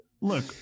look